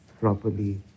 properly